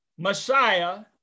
Messiah